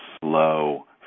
slow